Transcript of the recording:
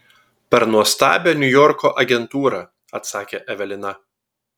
per nuostabią niujorko agentūrą atsakė evelina